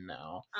now